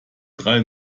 drei